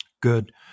Good